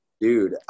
dude